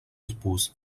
épouse